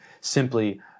simply